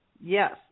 Yes